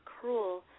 cruel